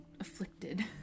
afflicted